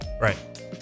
Right